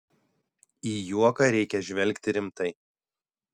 į juoką reikia žvelgti rimtai